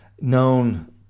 known